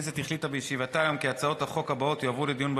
ההצעה להעביר את הצעת חוק הצעת חוק הצעת חוק